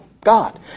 God